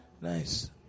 Nice